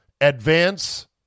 advance